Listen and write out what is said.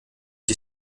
die